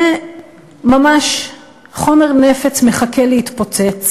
זה ממש חומר נפץ שמחכה להתפוצץ,